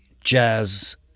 jazz